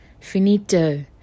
finito